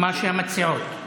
מה שיגידו המציעות.